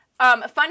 Fun